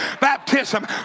baptism